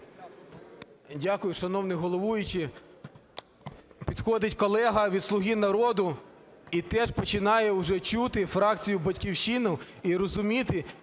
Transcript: Дякую, шановний головуючий. Підходить колега від "Слуга народу" і теж починає уже чути фракцію "Батьківщину" і розуміти,